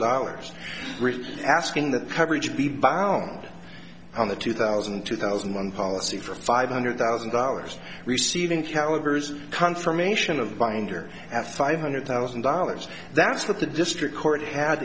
dollars asking the coverage be balance on the two thousand two thousand one policy for five hundred thousand dollars receiving calibers confirmation of binder at five hundred thousand dollars that's what the district court had